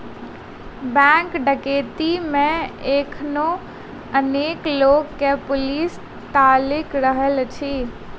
bank डकैती मे एखनो अनेको लोक के पुलिस ताइक रहल अछि